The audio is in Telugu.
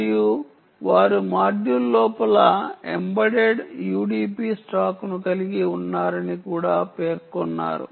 మరియు వారు మాడ్యూల్ లోపల ఎంబెడెడ్ UDP స్టాక్ను కలిగి ఉన్నారని కూడా పేర్కొన్నారు